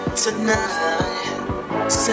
tonight